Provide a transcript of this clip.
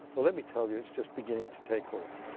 but let me tell you, it's just beginning to take off.